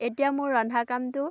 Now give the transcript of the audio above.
এতিয়া মোৰ ৰন্ধা কামটো